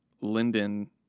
Linden